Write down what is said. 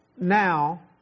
now